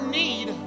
need